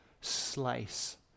slice